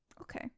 okay